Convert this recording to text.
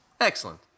excellent